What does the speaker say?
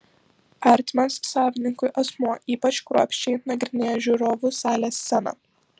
artimas savininkui asmuo ypač kruopščiai nagrinėja žiūrovų salės sceną